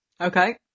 Okay